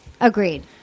agreed